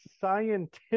scientific